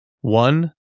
One